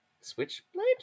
Switchblade